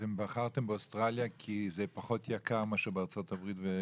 אתם בחרתם באוסטרליה כי זה פחות יקר מאשר בארצות הברית ואירופה?